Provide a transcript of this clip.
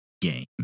game